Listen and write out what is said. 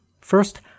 First